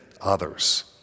others